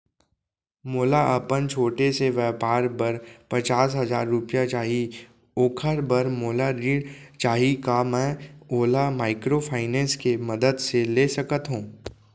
मोला अपन छोटे से व्यापार बर पचास हजार रुपिया चाही ओखर बर मोला ऋण चाही का मैं ओला माइक्रोफाइनेंस के मदद से ले सकत हो?